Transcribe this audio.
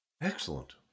Excellent